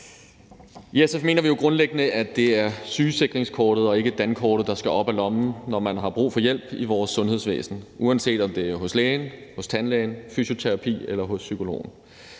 I SF mener vi jo grundlæggende, at det er sygesikringskortet og ikke dankortet, der skal op af lommen, når man har brug for hjælp i vores sundhedsvæsen, uanset om det er hos lægen, hos tandlægen, hos fysioterapeuten eller hos psykologen.